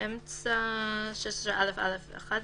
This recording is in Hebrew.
באמצע 16א(א)(1),